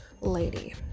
lady